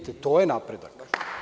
To je napredak.